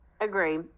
Agree